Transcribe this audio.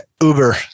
Uber